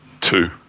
Two